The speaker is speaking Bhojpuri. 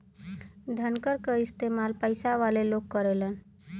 धनकर क इस्तेमाल पइसा वाले लोग करेलन